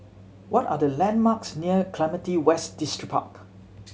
what are the landmarks near Clementi West Distripark